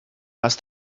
hast